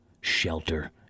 shelter